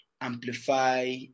Amplify